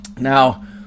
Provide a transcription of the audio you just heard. now